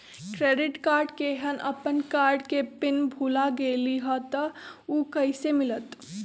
Credit card केहन अपन card के पिन भुला गेलि ह त उ कईसे मिलत?